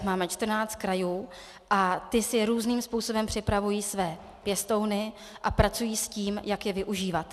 Máme 14 krajů a ty si různým způsobem připravují své pěstouny a pracují s tím, jak je využívat.